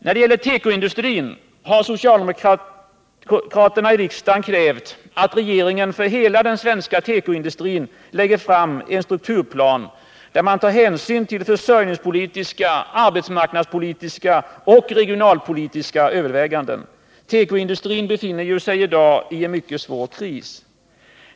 När det gäller tekoindustrin har socialdemokraterna i riksdagen krävt att regeringen för hela den svenska tekoindustrin lägger fram en strukturplan där man tar hänsyn till försörjningspolitiska, arbetsmarknadspolitiska och regionalpolitiska överväganden. Tekoindustrin befinner sig i dag i en svår kris.